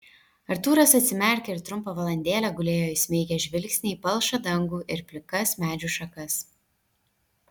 artūras atsimerkė ir trumpą valandėlę gulėjo įsmeigęs žvilgsnį į palšą dangų ir plikas medžių šakas